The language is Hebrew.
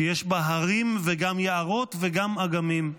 שיש בה הרים וגם יערות וגם אגמים,